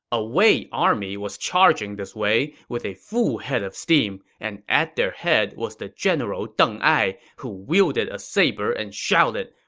a wei army was charging this way with a full head of steam, and at their head was the general deng ai, who wielded a saber and shouted,